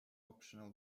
optional